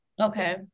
Okay